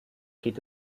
geht